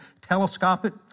telescopic